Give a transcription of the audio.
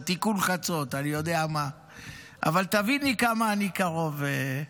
אז למה הם כותבים ב-19:00?